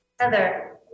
Heather